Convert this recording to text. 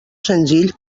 senzill